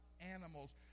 animals